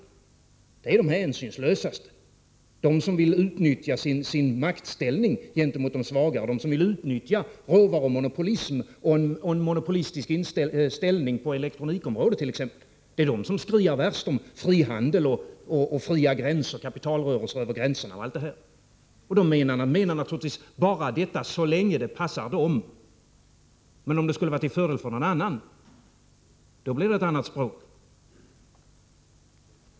Dessa är de hänsynslösaste, de som vill utnyttja sin maktställning gentemot de svaga, de som vill utnyttja råvarumonopolism och en monopolistisk ställning på exempelvis elektronikområdet. De skriar värst om frihandel, om fria gränser, om kapitalrörelser över gränserna och allt sådant. De hävdar naturligtvis detta bara så länge det passar dem. Om det skulle vara till fördel för någon annan, blir det ett annat språk.